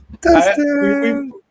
Dustin